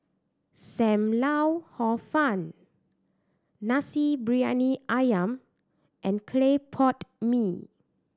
Sam Lau Hor Fun Nasi Briyani Ayam and clay pot mee